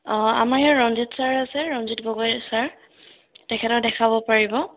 অঁ আমাৰ ইয়াৰ ৰঞ্জিত ছাৰ আছে ৰঞ্জিত গগৈ ছাৰ তেখেতক দেখাব পাৰিব